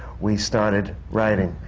we started writing.